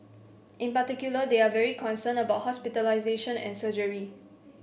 in particular they are very concerned about hospitalisation and surgery